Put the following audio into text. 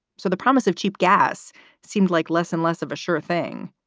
so the promise of cheap gas seemed like less and less of a sure thing.